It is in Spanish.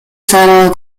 sagrado